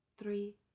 three